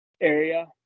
area